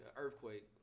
Earthquake